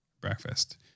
breakfast